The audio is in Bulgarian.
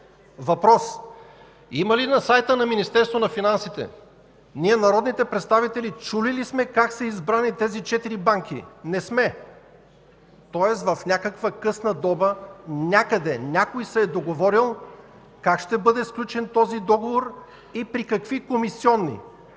Въпрос: има ли на сайта на Министерството на финансите? Ние, народните представители, чули ли сме как са избрани тези четири банки? Не сме. Тоест, в някаква късна доба някъде някой се е договорил как ще бъде сключен този договор и при какви комисионни.